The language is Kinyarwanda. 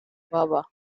baba